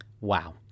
Wow